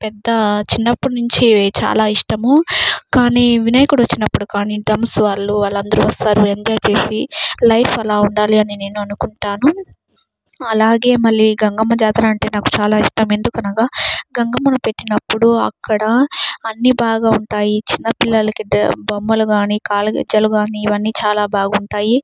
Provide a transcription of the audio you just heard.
పెద్ద చిన్నప్పటినుంచి చాలా ఇష్టము కానీ వినాయకుడు వచ్చినప్పుడు కానీ డ్రమ్స్ వాళ్ళు వాళ్ళు అందరూ వస్తారు ఎంజాయ్ చేసి లైఫ్ అలా ఉండాలి అని నేను అనుకుంటాను అలాగే మళ్ళీ గంగమ్మ జాతర అంటే నాకు చాలా ఇష్టం ఎందుకు అనగా గంగమ్మను పెట్టినప్పుడు అక్కడ అన్ని బాగా ఉంటాయి చిన్నపిల్లలకి బొమ్మలు కానీ కాళ్ళ గజ్జలు గాని ఇవన్నీ చాలా బాగుంటాయి